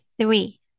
three